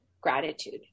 gratitude